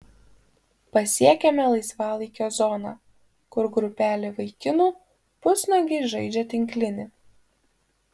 pasiekiame laisvalaikio zoną kur grupelė vaikinų pusnuogiai žaidžia tinklinį